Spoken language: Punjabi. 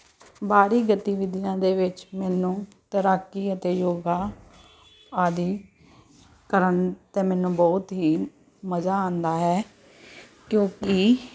ਬਾਹਰੀ ਗਤੀਵਿਧੀਆਂ ਦੇ ਵਿੱਚ ਮੈਨੂੰ ਤੈਰਾਕੀ ਅਤੇ ਯੋਗਾ ਆਦਿ ਕਰਨ 'ਤੇ ਮੈਨੂੰ ਬਹੁਤ ਹੀ ਮਜ਼ਾ ਆਉਂਦਾ ਹੈ ਕਿਉਂਕਿ